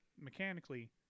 mechanically